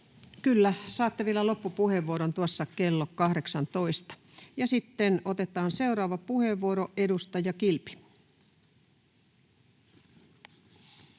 Kyllä, saatte vielä loppupuheenvuoron tuossa kello 18. Ja sitten otetaan seuraava puheenvuoro. — Edustaja Kilpi.